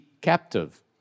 captive